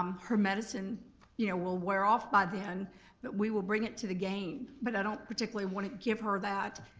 her medicine you know will wear off by then but we will bring it to the game. but i don't particularly want to give her that,